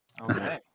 Okay